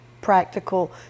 practical